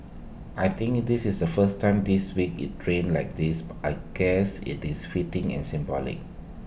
I think this is the first time this week IT rained like this but I guess IT is fitting and symbolic